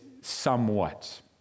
somewhat